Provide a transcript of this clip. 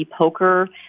poker